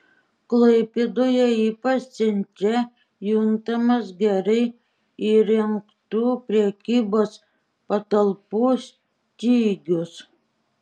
klaipėdoje ypač centre juntamas gerai įrengtų prekybos patalpų stygius